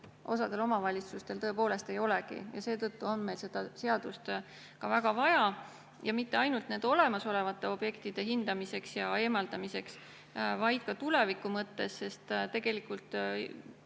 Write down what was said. osadel omavalitsustel tõepoolest ei olegi. Seetõttu on meil seda seadust ka väga vaja, mitte ainult nende olemasolevate objektide hindamiseks ja eemaldamiseks, vaid ka tuleviku mõttes. Tegelikult